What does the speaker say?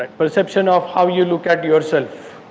perception of how you look at yourself.